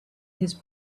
his